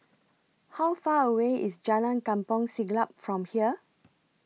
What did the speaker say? How Far away IS Jalan Kampong Siglap from here